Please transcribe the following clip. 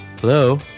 Hello